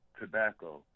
tobacco